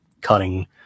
cutting